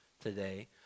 today